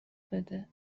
بده